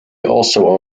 also